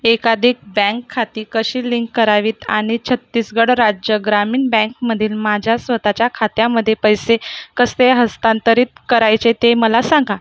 एकाधिक बँक खाती कशी लिंक करावीत आणि छत्तीसगड राज्य ग्रामीण बँकमधील माझ्या स्वतःच्या खात्यामध्ये पैसे कसे हस्तांतरित करायचे ते मला सांगा